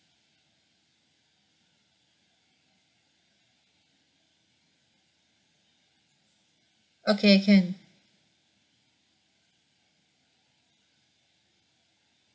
okay can